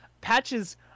patches